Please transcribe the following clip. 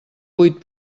vuit